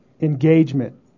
engagement